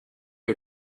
are